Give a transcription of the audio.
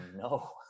no